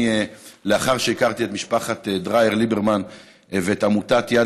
לאחר שהכרתי את משפחת דרייר ליברמן ואת עמותת יד